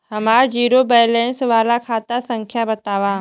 हमार zero balance वाला खाता संख्या वतावा?